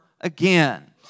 again